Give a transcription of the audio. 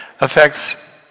affects